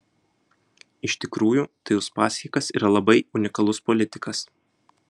iš tikrųjų tai uspaskichas yra labai unikalus politikas